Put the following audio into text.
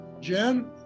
Jen